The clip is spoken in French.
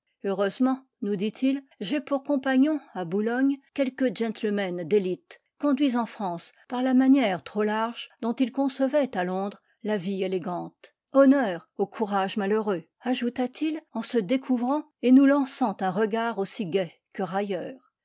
heureusement nous dit-il j'ai pour compagnons à boulogne quelques gentlemen d'élite conduits en france par la manière trop large dont ils concevaient à londres la vie élégante honneur au courage malheureux ajouta-t-il en se découvrant et nous lançant un regard aussi gai que railleur